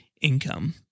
income